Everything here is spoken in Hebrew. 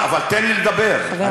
אתה כבר מזמן עברת את הזמן שלך.